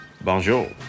Bonjour